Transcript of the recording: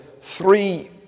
three